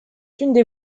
une